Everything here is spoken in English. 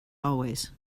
always